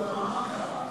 מה קרה?